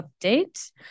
update